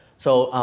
so,